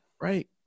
Right